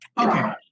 Okay